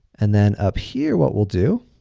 and then, up here what we'll do,